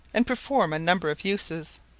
and perform a number of uses.